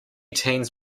teens